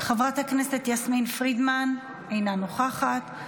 חברת הכנסת יסמין פרידמן, אינה נוכחת,